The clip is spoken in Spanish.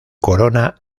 corona